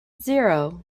zero